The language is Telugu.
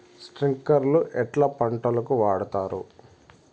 స్ప్రింక్లర్లు ఎట్లా పంటలకు వాడుతారు?